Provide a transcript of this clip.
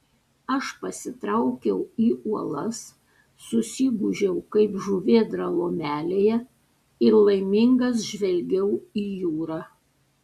aš pasitraukiau į uolas susigūžiau kaip žuvėdra lomelėje ir laimingas žvelgiau į jūrą